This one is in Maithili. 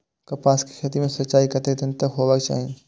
कपास के खेती में सिंचाई कतेक दिन पर हेबाक चाही?